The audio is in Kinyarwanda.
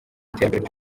n’iterambere